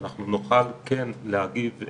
קיצוניים וצריך להיערך לזה ברמת התכנון מראש,